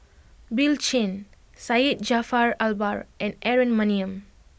Bill Chen Syed Jaafar Albar and Aaron Maniam